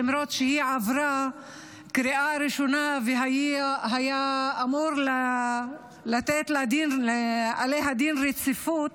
למרות שהיא עברה קריאה ראשונה והיה אמור להיות עליה דין רציפות,